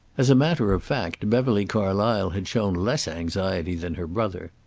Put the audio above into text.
as a matter of fact, beverly carlysle had shown less anxiety than her brother.